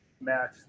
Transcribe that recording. match